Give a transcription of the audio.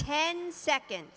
ten second